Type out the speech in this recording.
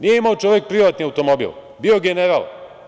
Nije imao čovek privatni automobil, bio general.